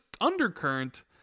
undercurrent